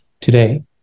today